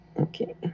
Okay